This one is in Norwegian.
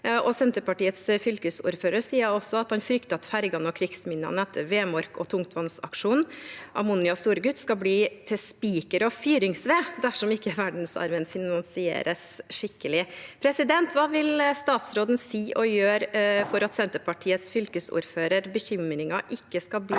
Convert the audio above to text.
Senterpartiets fylkesordfører har også sagt at han frykter at fergene og krigsminnene etter Vemork og tungtvannsaksjonen, «Ammonia» og «Storegut», skal bli til spiker og fyringsved dersom ikke verdensarven finansieres skikkelig. Hva vil statsråden si og gjøre for at bekymringene til Senterpartiets fylkesordfører ikke skal bli